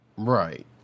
Right